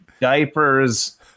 diapers